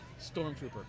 Stormtrooper